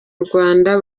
rwanda